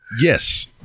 Yes